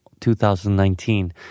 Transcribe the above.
2019